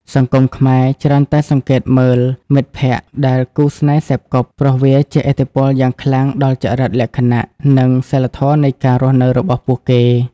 សង្គមខ្មែរច្រើនតែសង្កេតមើល "មិត្តភក្តិ" ដែលគូស្នេហ៍សេពគប់ ព្រោះវាជះឥទ្ធិពលយ៉ាងខ្លាំងដល់ចរិតលក្ខណៈ និងសីលធម៌នៃការរស់នៅរបស់ពួកគេ។